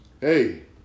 hey